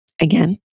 again